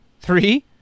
three